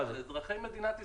והם אזרחי מדינת ישראל.